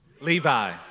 Levi